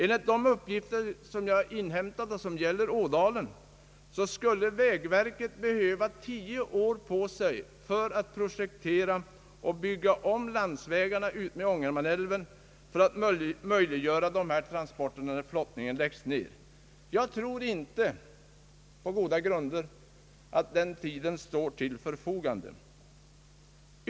Enligt de uppgifter som jag erhållit och som gäller Ådalen skulle vägverket behöva tio år på sig för att projektera och bygga om landsvägarna utmed Ångermanälven i syfte att möjliggöra dessa transporter när flottningen läggs ner. Jag tror inte på goda grunder att den tiden står till förfogande.